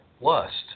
lust